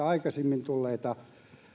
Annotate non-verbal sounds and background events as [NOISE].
[UNINTELLIGIBLE] aikaisemmin tulleita